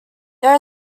there